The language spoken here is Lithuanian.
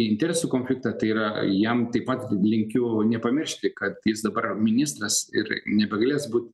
interesų konfliktą tai yra jam taip pat linkiu nepamiršti kad jis dabar ministras ir nebegalės būt